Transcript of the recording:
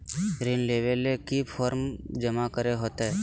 ऋण लेबे ले की की फॉर्म जमा करे होते?